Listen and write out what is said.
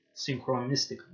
synchronistically